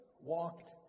walked